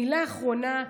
מילה אחרונה,